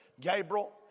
Gabriel